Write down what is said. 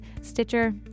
Stitcher